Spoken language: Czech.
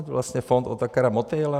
Vlastně fond Otakara Motejla?